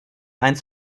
eines